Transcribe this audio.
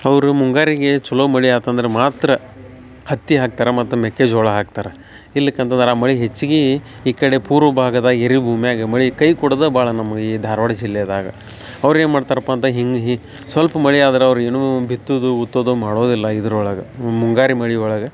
ಅವರು ಮುಂಗಾರಿಗೆ ಛಲೋ ಮಳೆ ಆತಂದ್ರ ಮಾತ್ರ ಹತ್ತಿ ಹಾಕ್ತಾರ ಮತ್ತು ಮೆಕ್ಕೆಜೋಳ ಹಾಕ್ತಾರ ಇಲ್ಲಕೆ ಅಂತಂದರ ಮಳೆ ಹೆಚ್ಗೀ ಈ ಕಡೆ ಪೂರ್ವ ಭಾಗದ ಎರಿ ಭೂಮ್ಯಾಗ ಮಳೆ ಕೈ ಕೊಡೋದ ಭಾಳ ನಮ್ಗ ಈ ಧಾರವಾಡ ಜಿಲ್ಲೆದಾಗ ಅವ್ರೇನು ಮಾಡ್ತರಪ್ಪ ಅಂತ ಹಿಂಗೆ ಹಿ ಸೊಲ್ಪ ಮಳೆ ಆದ್ರ ಅವ್ರ ಏನೂ ಬಿತ್ತುದು ಉತ್ತೊದೋ ಮಾಡೋದಿಲ್ಲ ಇದ್ರೊಳಗೆ ಮುಂಗಾರಿ ಮಳೆ ಒಳಗೆ